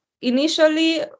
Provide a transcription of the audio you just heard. initially